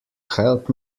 help